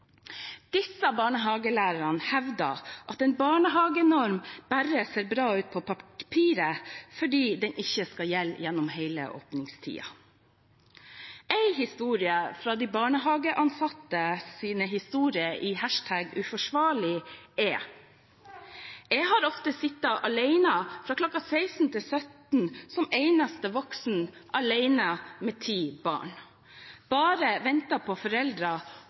Disse barnehagelærerne hevdet at en barnehagenorm bare ser bra ut på papiret fordi den ikke skal gjelde gjennom hele åpningstiden. En historie fra de barnehageansattes historier i #uforsvarlig er: «Jeg har ofte sittet på gulvet fra kl. 16.00 til 17.00 som eneste voksen. Alene med 10 barn. Bare ventet på foreldre